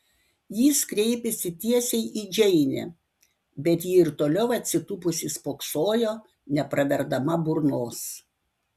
jis kreipėsi tiesiai į džeinę bet ji ir toliau atsitūpusi spoksojo nepraverdama burnos